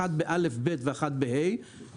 אחת בכיתות א'-ב' והשנייה בכיתות ה',